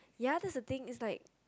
ya this the thing is like